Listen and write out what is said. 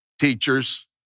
teachers